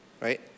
right